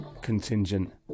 contingent